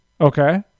Okay